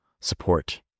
support